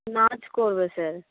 নাচ করবে স্যার